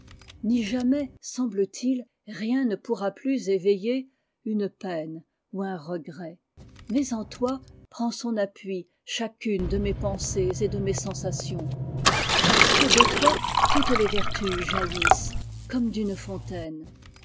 ni jamais semble-t-il rien ne pourra plus éveiller une peine ou un regret mais en toi prend son appui chacune de mes pensées et de mes sensations parce que de toi toutes les vertus jaillissent comme d'une fontaine